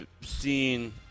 seen